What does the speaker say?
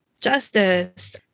justice